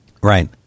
right